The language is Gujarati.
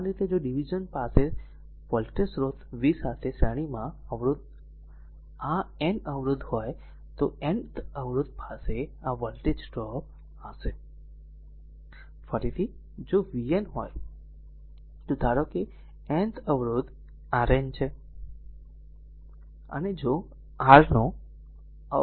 સામાન્ય રીતે જો ડીવીઝન પાસે સ્રોત વોલ્ટેજ v સાથે શ્રેણીમાં N અવરોધ હોય તો nth અવરોધ પાસે આ વોલ્ટેજ ડ્રોપ હશે ફરીથી જો vn હોય તો ધારો કે r r nth અવરોધ Rn છે